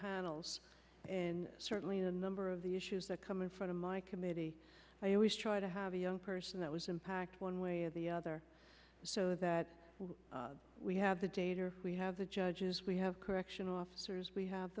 panels and certainly a number of the issues that come in front of my committee i always try to have a young person that was impact one way or the other so that we have the data we have the judges we have correctional officers we have